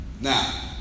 now